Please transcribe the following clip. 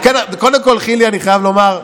קודם כול, חילי, אני חייב לומר,